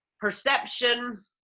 perception